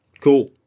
Cool